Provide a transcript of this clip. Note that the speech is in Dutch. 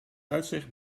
uitzicht